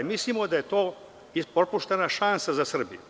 Mislimo da je to propuštena šansa za Srbiju.